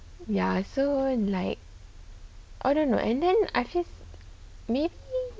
ya so like or don't no and then I feel maybe